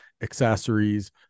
accessories